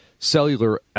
cellular